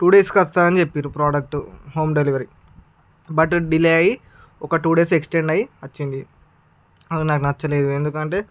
two డేస్కి వస్తుంది అని చెప్పారు product home delivery but delay అయ్యి ఒక టూ డేస్ ఎక్స్టెండ్ అయ్యి వచ్చింది అది నాకు నచ్చలేదు ఎందుకంటే